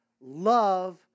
love